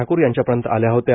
ठाकूर यांच्यापर्यंत आल्या होत्या